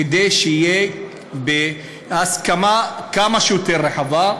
כדי שיהיה בהסכמה כמה שיותר רחבה,